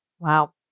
Wow